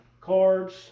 cards